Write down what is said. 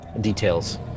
details